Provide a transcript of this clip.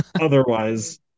otherwise